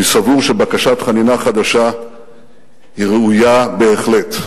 אני סבור שבקשת חנינה חדשה היא ראויה בהחלט.